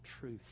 truth